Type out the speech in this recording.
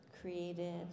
created